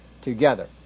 together